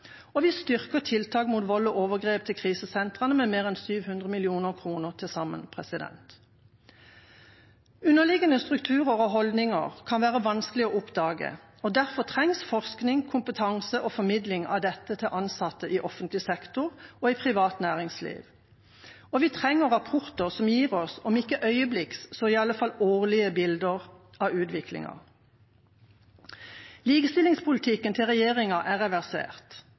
Vi styrker tiltak mot vold og overgrep og tiltak til krisesentrene med mer enn 700 mill. kr til sammen. Underliggende strukturer og holdninger kan være vanskelige å oppdage, og derfor trengs forskning, kompetanse og formidling av dette til ansatte i offentlig sektor og i privat næringsliv. Vi trenger rapporter som gir oss om ikke øyeblikksbilder, så iallfall årlige bilder av utviklingen. Likestillingspolitikken til regjeringa er reversert.